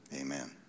Amen